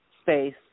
space